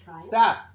Stop